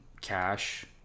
cash